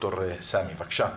בבקשה.